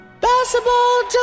Basketball